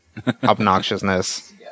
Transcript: obnoxiousness